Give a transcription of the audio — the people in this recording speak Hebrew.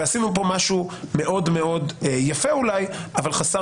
ועשינו פה משהו מאוד יפה אולי אבל חסר